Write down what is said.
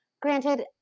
Granted